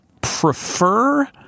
prefer